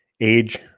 age